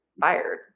fired